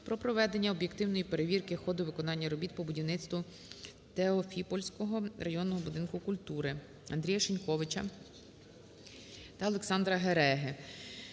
про проведення об'єктивної перевірки ходу виконання робіт по будівництву Теофіпольського районного будинку культури. АндріяШиньковича та Олександра Гереги